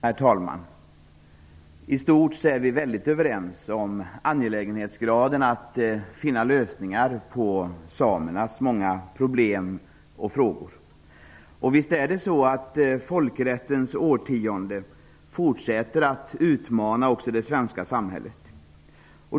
Herr talman! I stort är vi överens om att det är angeläget att finna lösningar på samernas många problem och frågor. Men visst fortsätter folkrättens årtionde att utmana också det svenska samhället!